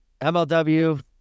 MLW